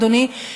אדוני,